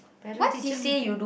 parent teacher meeting